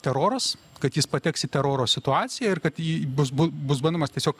teroras kad jis pateks į teroro situaciją ir kad ji bus bus bandomas tiesiog